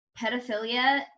pedophilia